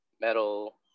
metal